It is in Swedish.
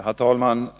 Herr talman!